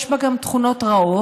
יש בה גם תכונות רעות,